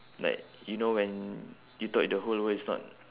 like you know when you thought the whole world is not